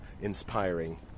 inspiring